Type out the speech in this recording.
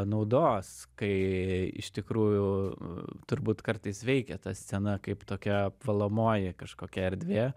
naudos kai iš tikrųjų turbūt kartais veikia ta scena kaip tokia valomoji kažkokia erdvė